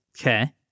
Okay